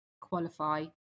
qualify